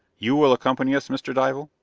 you will accompany us, mr. dival?